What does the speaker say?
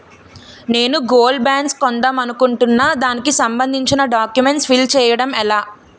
నేను gold bonds కొందాం అనుకుంటున్నా దానికి సంబందించిన డాక్యుమెంట్స్ ఫిల్ చేయడం ఎలా?